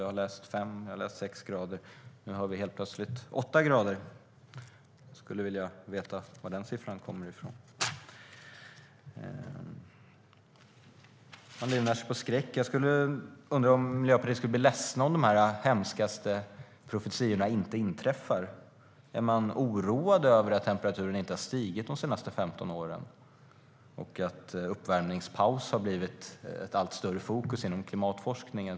Jag har läst om fem eller sex grader. Nu hörde vi dock helt plötsligt åtta grader. Jag skulle vilja veta var den siffran kommer från. Man livnär sig på skräck. Jag undrar om man i Miljöpartiet skulle bli ledsen om de hemskaste profetiorna inte skulle inträffa. Är man oroad för att temperaturen inte har stigit de senaste 15 åren och för att uppvärmningspaus har blivit ett allt större fokus inom klimatforskningen?